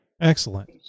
Excellent